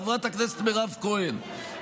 חברת הכנסת מירב כהן,